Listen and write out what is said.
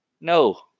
No